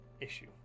issue